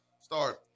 start